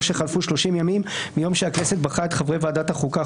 שחלפו 30 ימים מיום שהכנסת בחרה את חברי ועדת החוקה,